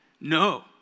no